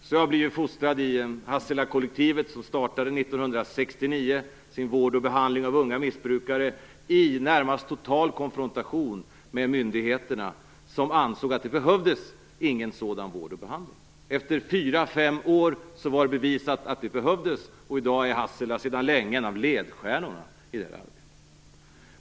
Så har jag blivit fostrad i Hasselakollektivet som 1969 startade sin vård och behandling av unga missbrukare i närmast total konfrontation med myndigheterna som ansåg att det inte behövdes någon sådan vård och behandling. Efter fyra fem år var det bevisat att det behövdes, och i dag är Hassela sedan länge en av ledstjärnorna i det här arbetet.